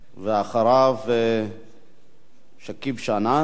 ואחריו שכיב שנאן,